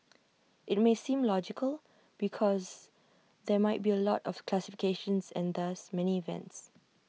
IT may seem logical because there might be A lot of classifications and thus many events